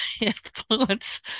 influence